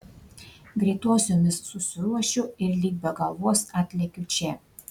greitosiomis susiruošiu ir lyg be galvos atlekiu čia